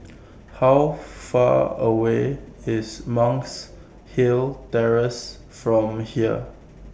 How Far away IS Monk's Hill Terrace from here